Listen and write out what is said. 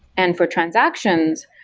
and for transactions,